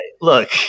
look